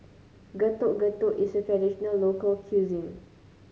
Getuk Getuk is a traditional local cuisine